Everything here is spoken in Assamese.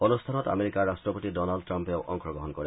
অনুষ্ঠানত আমেৰিকাৰ ৰাট্টপতি ডনাল্ড ট্ৰাম্পেও অংশগ্ৰহণ কৰে